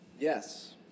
yes